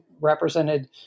represented